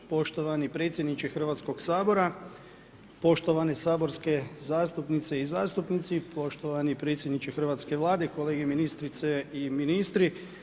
Poštovani predsjedniče Hrvatskoga sabora, poštovane saborske zastupnice i zastupnici, poštovani predsjedniče hrvatske Vlade, kolege ministrice i ministri.